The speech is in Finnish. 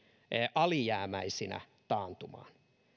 alijäämäisinä taantumaan